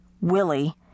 Willie